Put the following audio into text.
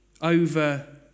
over